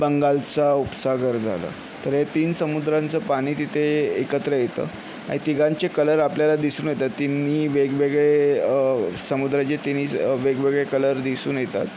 बंगालचा उपसागर झालं तर हे तीन समुद्रांचं पाणी तिथं एकत्र येतं आणि तिघांचे कलर आपल्याला दिसून येतात तिन्ही वेगवेगळे समुद्र जे तिन्ही वेगवेगळे कलर दिसून येतात